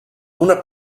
una